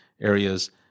areas